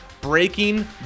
Breaking